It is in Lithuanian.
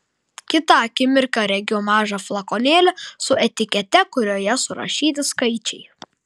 kitą akimirką regiu mažą flakonėlį su etikete kurioje surašyti skaičiai